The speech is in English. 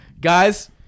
Guys